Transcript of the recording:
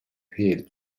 hill